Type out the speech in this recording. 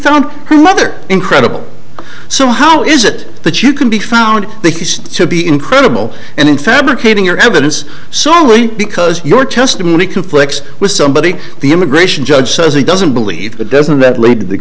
found her mother incredible so how is it that you can be found to be incredible and in fabricating your evidence so only because your testimony conflicts with somebody the immigration judge says he doesn't believe but doesn't that lead to the